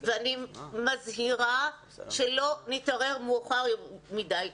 ואני מזהירה שלא נתעורר מאוחר מדי.